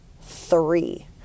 three